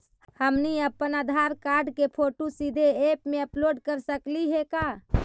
हमनी अप्पन आधार कार्ड के फोटो सीधे ऐप में अपलोड कर सकली हे का?